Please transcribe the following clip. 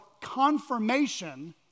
confirmation